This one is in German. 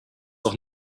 doch